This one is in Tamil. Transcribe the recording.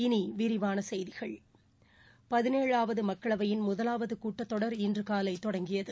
இனி விரிவான செய்திகள் பதினெழாவது மக்களவையின் முதலாவது கூட்டத்தொடர் இன்று காலை தொடங்கியது